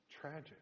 tragic